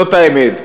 זאת האמת.